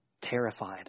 terrified